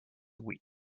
weak